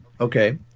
Okay